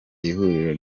ihuriro